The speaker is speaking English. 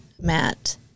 Matt